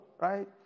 right